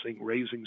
Raising